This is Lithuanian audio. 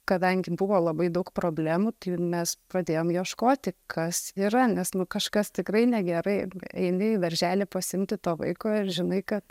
kadangi buvo labai daug problemų tai mes pradėjom ieškoti kas yra nes nu kažkas tikrai negerai eini į darželį pasiimti to vaiko ir žinai kad